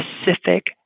specific